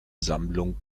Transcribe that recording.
sammlung